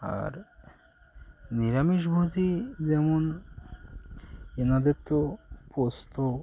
আর নিরামিষভোজী যেমন এনাদের তো পোস্ত